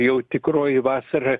jau tikroji vasara